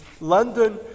London